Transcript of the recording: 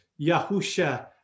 Yahusha